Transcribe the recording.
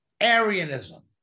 Arianism